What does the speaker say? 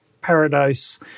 Paradise